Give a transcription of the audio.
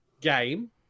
game